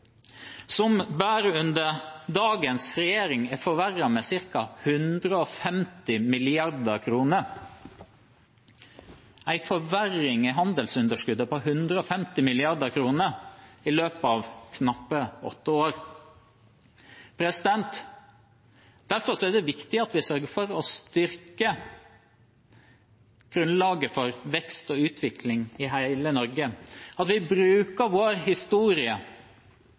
som bare under dagens regjering er forverret med ca. 150 mrd. kr – en forverring i handelsunderskuddet på 150 mrd. kr i løpet av knappe åtte år. Derfor er det viktig at vi sørger for å styrke grunnlaget for vekst og utvikling i hele Norge, at vi bruker vår historie